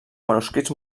manuscrits